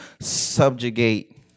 subjugate